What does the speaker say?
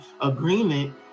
agreement